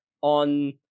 on